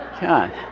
God